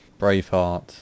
braveheart